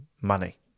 money